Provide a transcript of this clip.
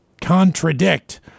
contradict